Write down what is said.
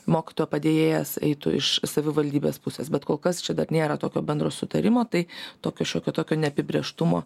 mokytojo padėjėjas eitų iš savivaldybės pusės bet kol kas čia dar nėra tokio bendro sutarimo tai tokio šiokio tokio neapibrėžtumo